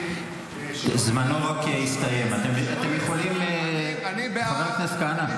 --- זמנו הסתיים, אתם יכולים, חבר הכנסת כהנא,